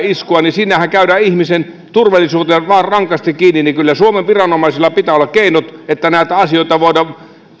iskua niin siinähän käydään ihmisen turvallisuuteen rankasti kiinni eli kyllä suomen viranomaisilla pitää olla keinot että näitä asioita voidaan